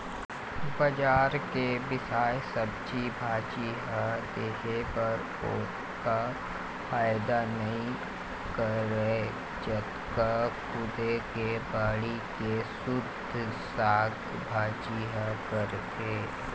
बजार के बिसाए सब्जी भाजी ह देहे बर ओतका फायदा नइ करय जतका खुदे के बाड़ी के सुद्ध साग भाजी ह करथे